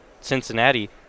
Cincinnati